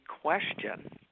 question